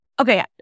Okay